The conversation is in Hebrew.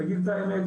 להגיד את האמת,